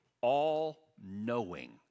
all-knowing